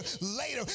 later